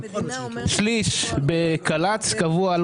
לשליש יש קל"צ קבועה,